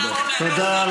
תודה.